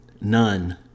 none